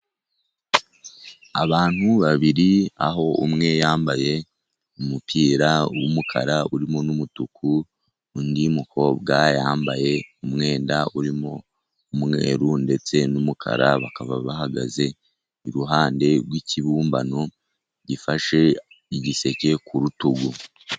Abantu babiri aho umwe yambaye umupira w'umukara urimo n'umutuku, undi mukobwa yambaye umwenda urimo umweru ndetse n'umukara, bakaba bahagaze iruhande rw'ikibumbano gifashe igiseke ku rutugu.